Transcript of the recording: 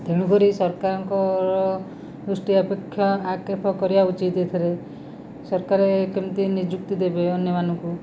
ତେଣୁ କରି ସରକାରଙ୍କର ଦୃଷ୍ଟି ଆପେକ୍ଷା ଆପେକ୍ଷ କରିବା ଉଚିତ ଏଥିରେ ସରକାର କେମିତି ନିଯୁକ୍ତି ଦେବେ ଅନ୍ୟମାନଙ୍କୁ